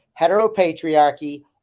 heteropatriarchy